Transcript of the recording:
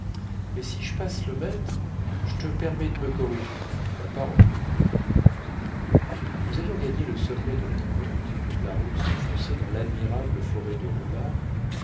mais si j'passe le mètre j'te permets de m'corriger ma parole nous avions gagné le sommet de la côte la route s'enfonçait dans l'admirable forêt de roumare